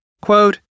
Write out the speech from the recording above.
Quote